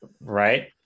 right